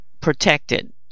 protected